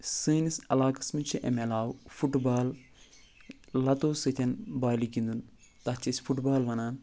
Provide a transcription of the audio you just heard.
سٲنِس علاقَس منٛز چھِ اَمہِ علاوٕ فُٹ بال لَتَو سۭتۍ بالہِ گِنٛدُن تَتھ چھِ أسۍ فُٹ بال وَنان